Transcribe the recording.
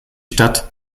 stadt